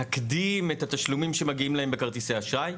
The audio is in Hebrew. להקדים את התשלומים שמגיעים להם בכרטיסי האשראי.